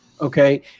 Okay